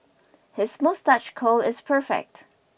his moustache curl is perfect